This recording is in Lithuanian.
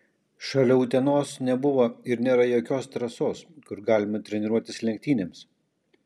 šalia utenos nebuvo ir nėra jokios trasos kur galima treniruotis lenktynėms